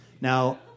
Now